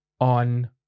on